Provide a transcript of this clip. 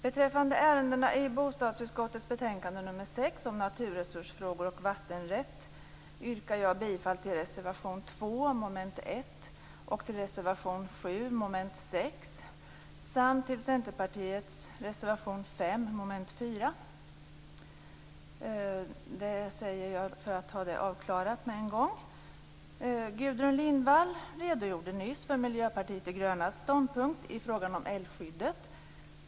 Beträffande ärendena i bostadsutskottets betänkande nr 6 om naturresursfrågor och vattenrätt yrkar jag bifall till reservation 2 under mom. 1 och till reservation 7 under mom. 6 samt till Centerpartiets reservation 5 under mom. 4. Det här säger jag nu för att få det avklarat på en gång. Gudrun Lindvall redogjorde nyss för Miljöpartiet de grönas ståndpunkt i frågan om älvskyddet.